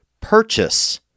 purchase